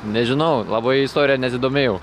nežinau labai istorija nesidomėjau